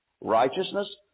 righteousness